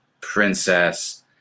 princess